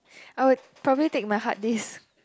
I will probably take my hard disk